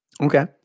Okay